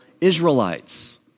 Israelites